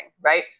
right